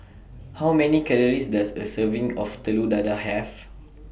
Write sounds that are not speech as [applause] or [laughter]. [noise] How Many Calories Does A Serving [noise] of Telur Dadah Have